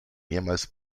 mehrmals